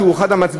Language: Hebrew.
שהוא אחד המציעים",